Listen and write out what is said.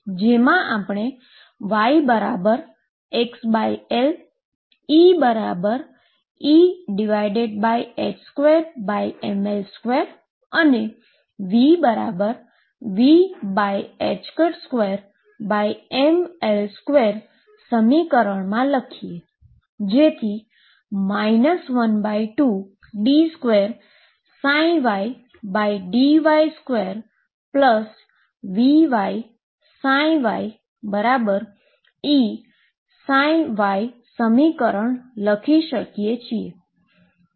જેને આપણે yxL EE2mL2 અને VV2mL2 સમીકરણને 12d2ydy2V ψyE ψ સમીકરણ ફરીથી લખીએ